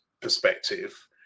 perspective